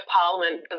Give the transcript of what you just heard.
Parliament